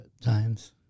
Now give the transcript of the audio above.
times